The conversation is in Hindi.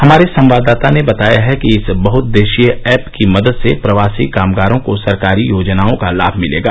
हमारे संवाददाता ने बताया है कि इस बहदेश्यीय ऐप की मदद से प्रवासी कामगारों को सरकारी योजनाओं का लाभ मिलेगा